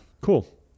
cool